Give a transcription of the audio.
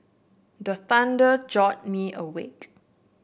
the thunder jolt me awake